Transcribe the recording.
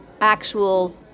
actual